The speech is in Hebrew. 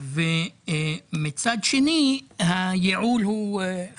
ולא ידפיסו מכתבים.